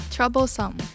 Troublesome